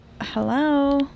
hello